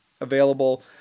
available